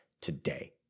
today